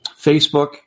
Facebook